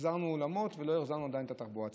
החזרנו אולמות ולא החזרנו עדיין את התחבורה הציבורית.